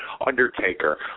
Undertaker